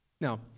Now